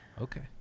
Okay